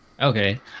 Okay